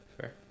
fair